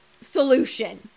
solution